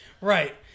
Right